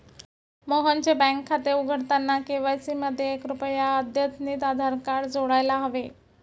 मोहनचे बँक खाते उघडताना के.वाय.सी मध्ये कृपया अद्यतनितआधार कार्ड जोडायला हवे